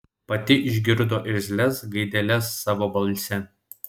pati išgirdo irzlias gaideles savo balse